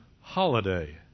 holiday